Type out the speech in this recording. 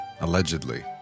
Allegedly